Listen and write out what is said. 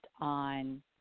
on